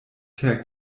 per